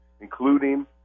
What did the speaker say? including